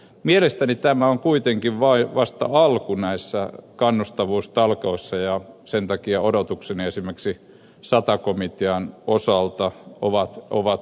mielestäni tämä on kuitenkin vasta alku näissä kannustavuustalkoissa ja sen takia odotukseni esimerkiksi sata komitean osalta ovat suuria